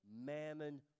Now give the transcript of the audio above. mammon